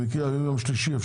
במקרה היום יום שלישי.